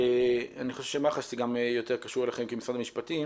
אני חושב שמח"ש יותר קשור אליכם כמשרד המשפטים.